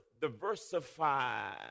Diversify